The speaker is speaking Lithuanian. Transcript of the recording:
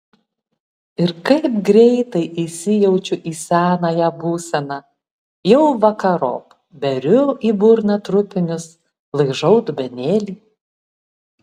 ir kaip greitai įsijaučiu į senąją būseną jau vakarop beriu į burną trupinius laižau dubenėlį